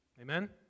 amen